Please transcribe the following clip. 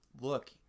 look